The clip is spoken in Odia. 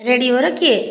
ରେଡ଼ିଓରେ କିଏ